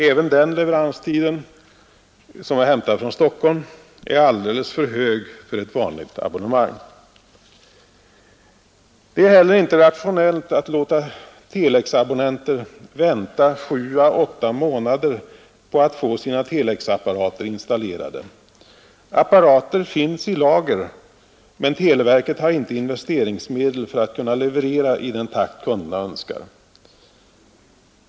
Även den leveranstiden, som är hämtad från Stockholm, är alldeles för lång för ett vanligt abonnemang. Det är heller inte rationellt att låta telexabonnenter vänta sju å åtta månader på att få sina telexapparater installerade. Apparater finns i lager, men televerket har inte investeringsmedel för att kunna leverera i den takt kunderna önskar.